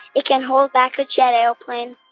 it can hold back a jet airplane.